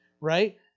right